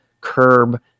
curb